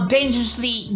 Dangerously